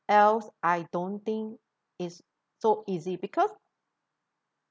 else I don't think it's so easy because